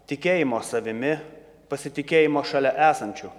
tikėjimo savimi pasitikėjimo šalia esančių